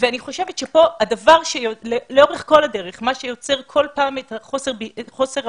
ואני חושבת שלאורך כל הדרך מה שיוצר כל פעם חוסר הבנה,